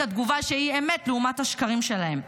התגובה שהיא אמת לעומת השקרים שלהם.